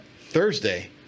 Thursday